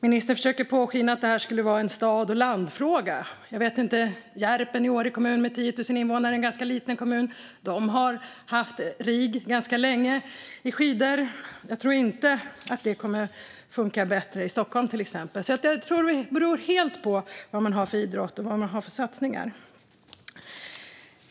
Ministern försökte påskina att det här skulle vara en stad-och-land-fråga. Jag vet inte, men Järpen i Åre kommun med 10 000 invånare är en ganska liten kommun. De har haft RIG ganska länge i skidor. Jag tror inte att det kommer att funka bättre i till exempel Stockholm. Det där beror helt på vad man har för idrott och vilka satsningar man har.